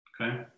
Okay